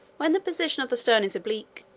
when the position of the stone is oblique,